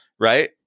right